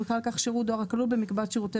ובכלל כך שירות דואר הכלול במקבץ שירותי